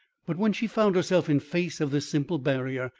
but when she found herself in face of this simple barrier,